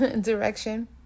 direction